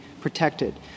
protected